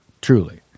truly